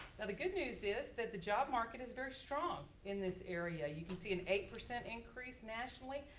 now the good news is that the job market is very strong in this area. you can see an eight percent increase nationally.